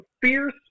Fierce